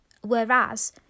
Whereas